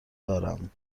دارم